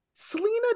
Selena